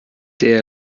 der